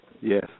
Yes